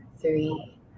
three